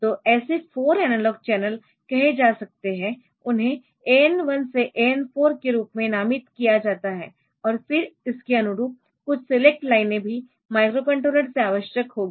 तो ऐसे 4 analogue channel कहे जा सकते है उन्हें AN 1 से AN 4 के रूप में नामित किया जाता है और फिर इसके अनुरूप कुछ सीलेक्ट लाइनें भी माइक्रोकंट्रोलर से आवश्यक होंगी